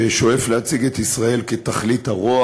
ששואף להציג את ישראל כתכלית הרוע